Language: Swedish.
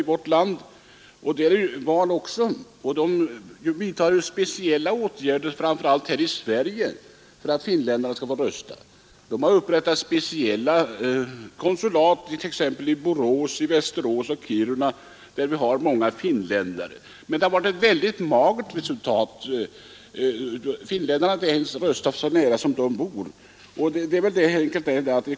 Finland har vidtagit speciella åtgärder framför allt i Sverige för att ge finländarna möjlighet att rösta. Man har sålunda upprättat speciella konsulat, t.ex. i Borås, Västerås och Kiruna, där många finländare bor. Men resultatet har blivit magert — finländarna har inte röstat trots att de har nära till vallokalerna.